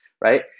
right